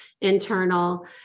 internal